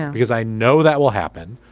because i know that will happen.